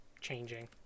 changing